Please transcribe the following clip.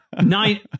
nine